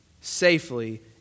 safely